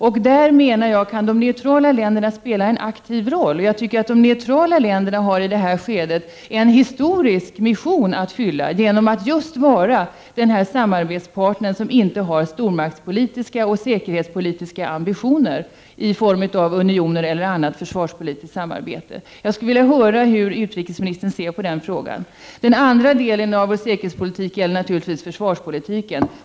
Jag menar att de neutrala länderna där kan spela en aktiv roll. De neutrala länderna har i detta skede en historisk mission att fylla genom att vara en samarbetspartner utan stormaktspolitiska och säkerhetspolitiska ambitioner i form av unioner eller annat försvarspolitiskt samarbete. Jag skulle vilja höra hur utrikesministern ser på den frågan. Den andra delen av vår säkerhetspolitik som jag vill beröra gäller naturligtvis försvarspolitiken.